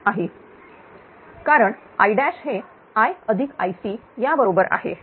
कारण Iहे IIc या बरोबर आहे